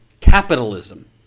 Capitalism